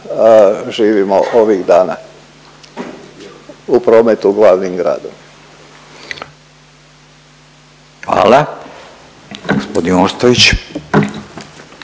živimo ovih dana u prometu glavnim gradom. **Radin,